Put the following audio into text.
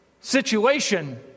situation